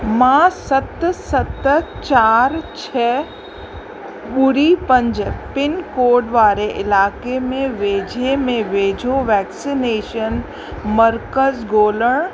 मां सत सत चारि छह ॿुड़ी पंज पिनकोड वारे इलाइक़े में वेझे में वेझो वैक्सीनेशन मर्कज़ ॻोल्हणु